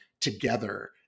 together